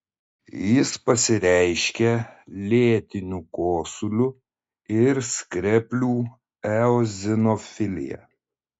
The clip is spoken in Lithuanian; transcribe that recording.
jis pasireiškia lėtiniu kosuliu ir skreplių eozinofilija